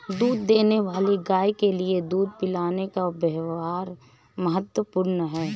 दूध देने वाली गाय के लिए दूध पिलाने का व्यव्हार महत्वपूर्ण है